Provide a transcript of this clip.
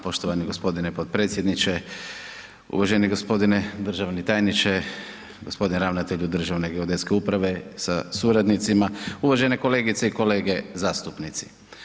Poštovani gospodine potpredsjedniče, uvaženi gospodine državni tajniče, gospodine ravnatelju Državne geodetske uprave sa suradnicima, uvažene kolegice i kolege zastupnici.